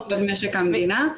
--- לחוק יסוד משק המדינה,